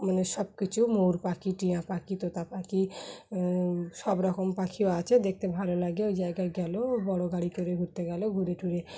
মানে সব কিছু মোর পাখি টিঁয়া পাখি তোতা পাখি সব রকম পাখিও আছে দেখতে ভালো লাগে ওই জায়গায় গেল বড়ো গাড়ি করে ঘুরতে গেল ঘুরে টুরে